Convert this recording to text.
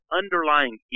underlying